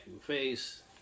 face